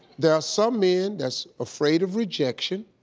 there are some men that's afraid of rejection.